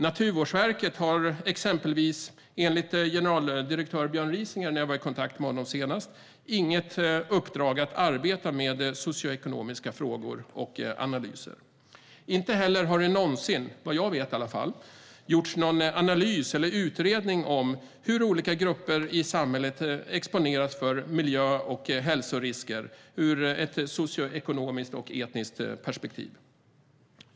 Naturvårdsverket har exempelvis, enligt vad generaldirektör Björn Risinger sa när jag var i kontakt med honom senast, inget uppdrag att arbeta med socioekonomiska frågor och analyser. Inte heller har det någonsin, i alla fall inte vad jag vet, gjorts någon analys eller utredning ur ett socioekonomiskt och etniskt perspektiv om hur olika grupper i samhället exponeras för miljö och hälsorisker.